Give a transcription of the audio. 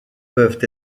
peuvent